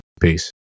Peace